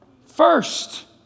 first